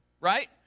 right